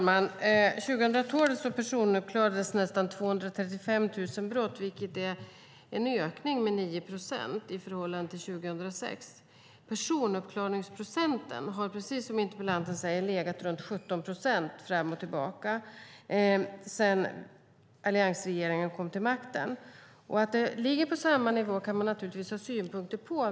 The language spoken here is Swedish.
Fru talman! År 2012 personuppklarades nästan 235 000 brott, vilket är en ökning med 9 procent i förhållande till 2006. Personuppklaringsprocenten har precis som interpellanten säger legat runt 17 procent sedan alliansregeringen kom till makten. Att det ligger på samma nivå kan man naturligtvis ha synpunkter på.